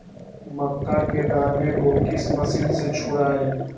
मक्का के दानो को किस मशीन से छुड़ाए?